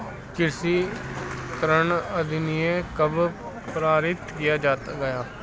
कृषि ऋण अधिनियम कब पारित किया गया?